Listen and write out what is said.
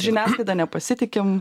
žiniasklaida nepasitikim